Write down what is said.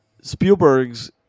Spielberg's